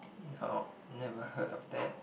nope never heard of that